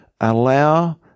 allow